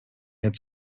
its